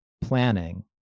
planning